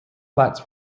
flats